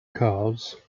cars